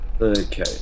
Okay